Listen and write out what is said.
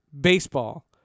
baseball